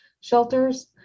shelters